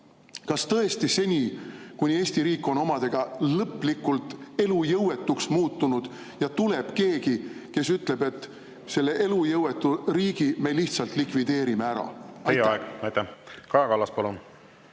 Kas tõesti seni, kuni Eesti riik on omadega lõplikult elujõuetuks muutunud ja tuleb keegi, kes ütleb, et selle elujõuetu riigi me lihtsalt likvideerime ära? Aitäh!